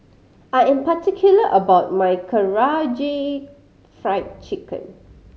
I am particular about my Karaage Fried Chicken